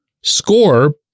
score